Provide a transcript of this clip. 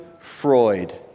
Freud